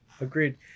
Agreed